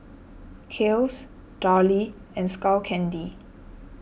Kiehl's Darlie and Skull Candy